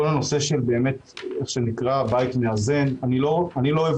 כל הנושא שנקרא בית מאזן אני לא אוהב